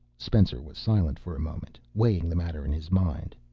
spencer was silent for a moment, weighing the matter in his mind.